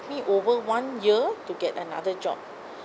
me over one year to get another job